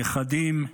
נכדים,